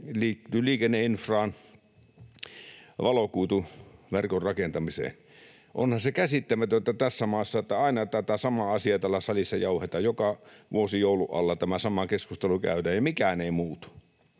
liikenneinfraan ja valokuituverkon rakentamiseen. Onhan se käsittämätöntä tässä maassa, että aina tätä samaa asiaa täällä salissa jauhetaan; joka vuosi joulun alla tämä sama keskustelu käydään, ja mikään ei muutu.